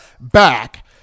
back